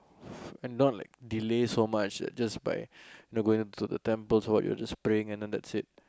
(pppo) and not like delay so much that just by going to the temple or what you're just praying and that's it